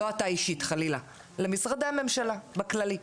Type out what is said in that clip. לא אתה אישית חלילה, למשרדי הממשלה בכללי.